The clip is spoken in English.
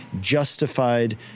justified